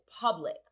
public